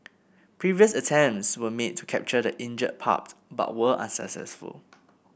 previous attempts were made to capture the injured pup but were unsuccessful